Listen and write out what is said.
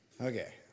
Okay